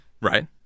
Right